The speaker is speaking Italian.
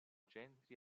centri